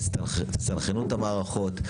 תסנכרנו את המערכות,